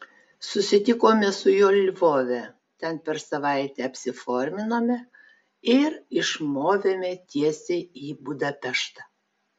susitikome su juo lvove ten per savaitę apsiforminome ir išmovėme tiesiai į budapeštą